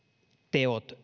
teot